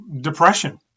depression